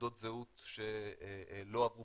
תעודות זהות שלא עברו